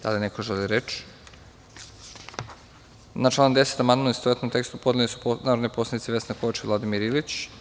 Da li neko želi reč? (Ne) Na član 10. amandman u istovetnom tekstu, podneli su narodni poslanici Vesna Kovač i Vladimir Ilić.